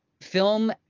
film